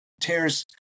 tears